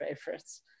favorites